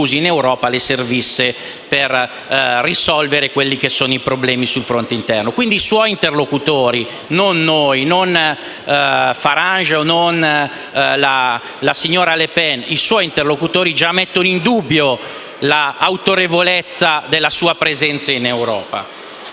Europa le servisse per risolvere i problemi sul fronte interno. Quindi i suoi interlocutori (non noi, non Farage e non la signora Le Pen, i suoi interlocutori - ripeto - già mettono in dubbio l'autorevolezza della sua presenza in Europa.